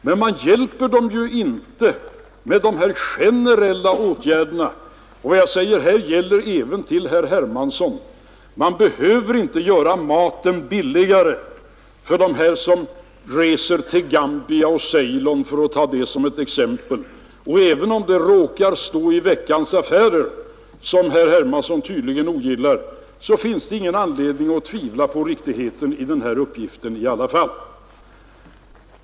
Men man hjälper dem inte med de här generella åtgärderna. Och vad jag säger nu riktar sig även till herr Hermansson: Man behöver inte göra maten billigare för dem som reser till Gambia och Ceylon, för att ta det som ett exempel. Även om det råkar stå i Veckans Affärer, som herr Hermansson tydligen ogillar, finns det ingen anledning att tvivla på uppgiften om dessa resor.